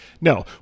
No